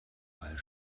while